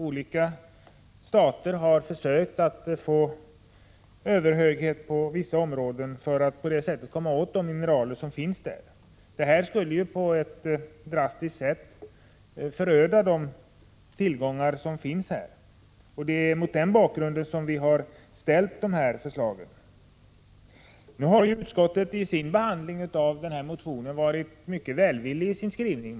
Olika stater har försökt att få överhöghet över vissa områden för att på det sättet komma åt de mineral som finns där. Det skulle på ett drastiskt sätt föröda de tillgångar som finns i Antarktis, och det är mot den bakgrunden vi har ställt våra förslag. Utskottet har vid sin behandling av motionen varit mycket välvilligt i sin skrivning.